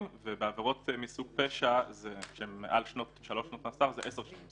ובעבירות מסוג פשע מעל שלוש שנות מאסר זה עשר שנים.